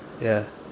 ya